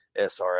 SRS